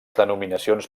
denominacions